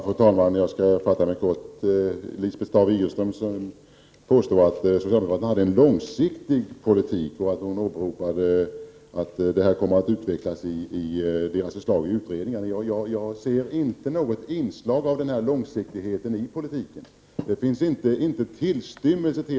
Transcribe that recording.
Fru talman! Jag skall fatta mig kort. Lisbeth Staaf-Igelström påstod att socialdemokraterna för en långsiktig politik och att den kommer att utvecklas i utredningens förslag. Jag ser inte något inslag av långsiktighet i politiken.